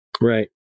right